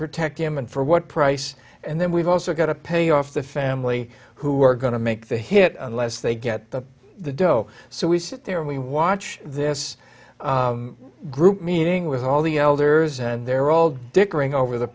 protect him and for what price and then we've also got to pay off the family who are going to make the hit unless they get the the dough so we sit there and we watch this group meeting with all the elders and they're all dickering over the